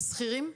של שכירים?